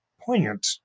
poignant